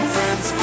Friends